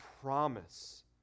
promise